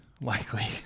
Likely